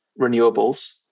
renewables